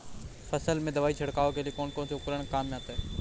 फसल में दवाई छिड़काव के लिए कौनसा उपकरण काम में आता है?